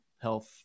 health